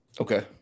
Okay